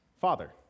father